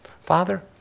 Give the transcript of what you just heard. Father